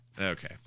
Okay